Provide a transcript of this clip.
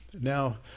Now